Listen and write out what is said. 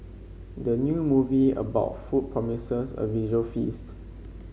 the new movie about food promises a visual feast